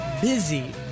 Busy